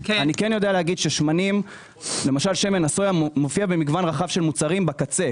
להגיד ששמן הסויה מופיע במגוון רחב של מוצרים בקצה.